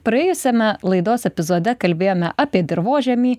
praėjusiame laidos epizode kalbėjome apie dirvožemį